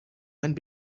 wind